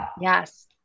Yes